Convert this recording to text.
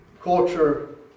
culture